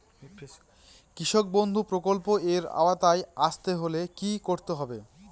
কৃষকবন্ধু প্রকল্প এর আওতায় আসতে হলে কি করতে হবে?